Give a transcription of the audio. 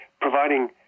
providing